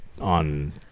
on